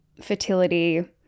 fertility